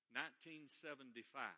1975